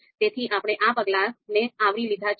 તેથી આપણે આ પગલાંને આવરી લીધા છીએ